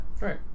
Right